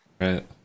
Right